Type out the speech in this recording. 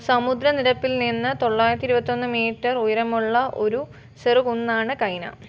സമുദ്രനിരപ്പിൽ നിന്ന് തൊള്ളായിരത്തി ഇരുപത്തൊന്ന് മീറ്റർ ഉയരമുള്ള ഒരു ചെറുകുന്നാണ് കൈന